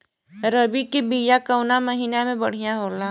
रबी के बिया कवना महीना मे बढ़ियां होला?